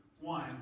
One